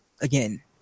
again